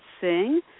sing